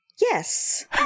Yes